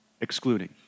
excluding